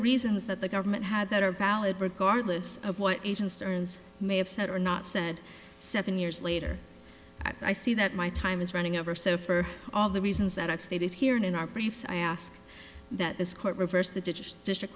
reasons that the government had that are valid regardless of what agency earns may have said or not said seven years later i see that my time is running over so for all the reasons that i've stated here and in our briefs i ask that this court reverse the digit district